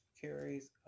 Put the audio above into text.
carries